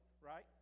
right